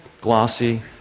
glossy